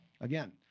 again